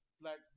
black